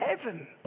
heaven